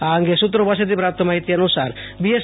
આ અંગે સુ ત્રો પાસેથી પ્રાપ્ત માહિતી અનુસાર બીએસ